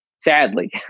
sadly